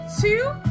two